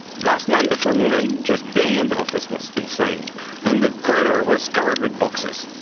last month before moving, just being in the office was insane and the corridor was covered with boxes